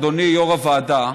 אדוני יו"ר הוועדה,